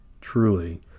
truly